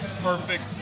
perfect